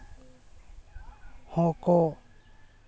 ᱦᱚᱸᱠᱚ